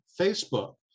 Facebook